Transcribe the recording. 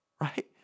right